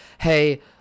hey